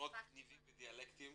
עשרות ניבים ודיאלקטים